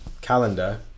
calendar